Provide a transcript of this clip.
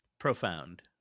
Profound